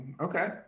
okay